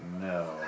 No